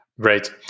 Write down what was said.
great